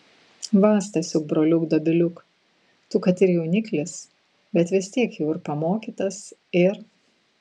va stasiuk broliuk dobiliuk tu kad ir jauniklis bet vis tiek jau ir pamokytas ir